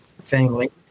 family